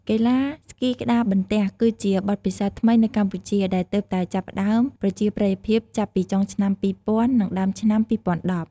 កីឡាស្គីក្ដារបន្ទះ គឺជាបទពិសោធន៍ថ្មីនៅកម្ពុជា ដែលទើបតែចាប់ផ្ដើមប្រជាប្រិយភាពចាប់ពីចុងឆ្នាំ ២០០០ និងដើមឆ្នាំ ២០១០។